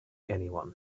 anyone